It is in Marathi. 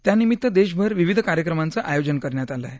त्यानिमित्त देशभर विविध कार्यक्रमांचं आयोजन करण्यात आलं आहे